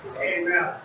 Amen